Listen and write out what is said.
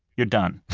you're done.